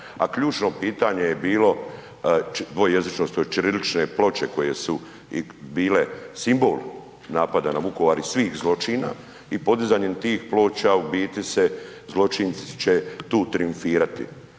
a ključno pitanje je bilo dvojezičnosti, ćirilične ploče koje su bile simbol napada na Vukovar i svih zločina i podizanjem tih ploča u bit se, zločinci će tu trijumfirati.